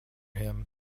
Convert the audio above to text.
him